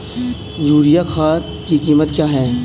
Urea खाद की कीमत क्या है?